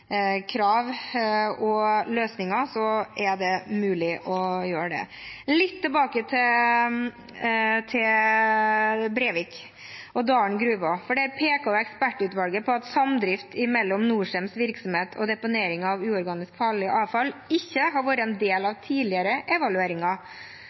krav og løsninger er det mulig å gjøre det. Litt tilbake til Brevik og Dalen gruver: Der pekte ekspertutvalget på at samdrift mellom Norcems virksomhet og deponering av uorganisk farlig avfall ikke har vært en del